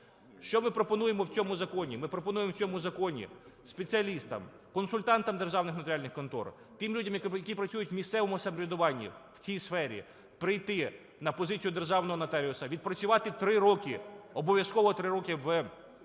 Що ми пропонуємо в цьому законі? Ми пропонуємо в цьому законі спеціалістам, консультантам в державних нотаріальних конторах, тим людям, які працюють в місцевому самоврядуванні в цій сфері, прийти на позицію державного нотаріуса, відпрацювати 3 роки, обов’язково 3 роки в сільській місцевості,